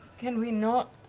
can we not